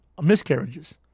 Miscarriages